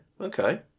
Okay